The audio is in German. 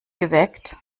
geweckt